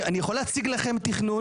אני יכול להציג לכם תכנון,